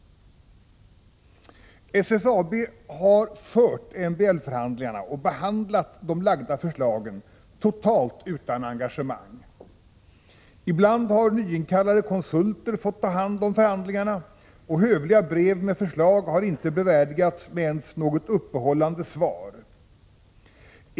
SSAB har fört MBL-förhandlingarna och behandlat de framlagda förslagen totalt utan engagemang. Ibland har nyinkallade konsulter fått ta hand om förhandlingarna, och hövliga brev med förslag har inte ens bevärdigats med något uppehållande svar.